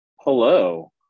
Hello